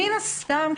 מן הסתם,